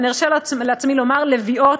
ואני ארשה לעצמי לומר: לביאות,